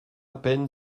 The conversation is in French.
peine